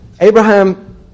Abraham